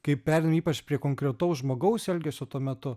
kai pereini ypač prie konkretaus žmogaus elgesio tuo metu